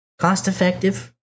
cost-effective